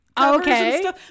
okay